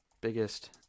biggest